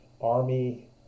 army